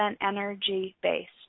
energy-based